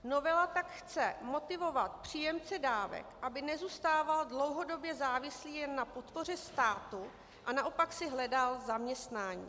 Novela tak chce motivovat příjemce dávek, aby nezůstával dlouhodobě závislý jen na podpoře státu, a naopak si hledal zaměstnání.